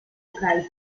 kai